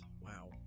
Wow